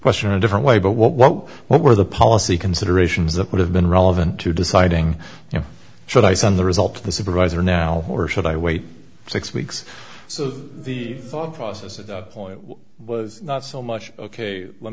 question a different way but what were the policy considerations that would have been relevant to deciding you know should i send the result to the supervisor now or should i wait six weeks so the thought process at the point was not so much ok let